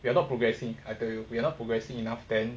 we are not progressing I tell you we are not progressing enough then